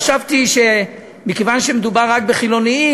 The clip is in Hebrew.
חשבתי שמכיוון שמדובר רק בחילונים,